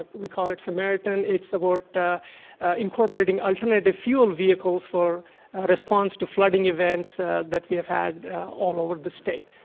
we call it samaritan, it's about incorporating alternative fuel vehicles for response to flooding events that we have had all over the state.